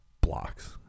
blocks